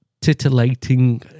titillating